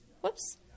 whoops